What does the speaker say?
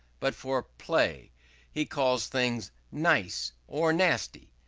but for play he calls things nice or nasty,